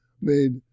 made